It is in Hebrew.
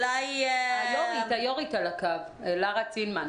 היו"ר על הקו, לרה צינמן.